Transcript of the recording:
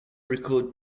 record